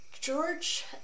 George